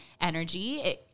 energy